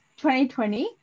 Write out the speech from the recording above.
2020